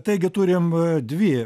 taigi turim dvi